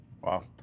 Wow